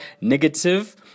negative